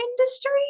industry